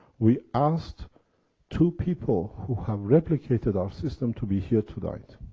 we asked two people who have replicated our system to be here tonight.